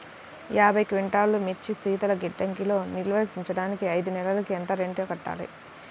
యాభై క్వింటాల్లు మిర్చి శీతల గిడ్డంగిలో నిల్వ ఉంచటానికి ఐదు నెలలకి ఎంత రెంట్ కట్టాలి?